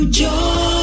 joy